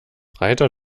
reiter